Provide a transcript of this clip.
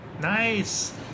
Nice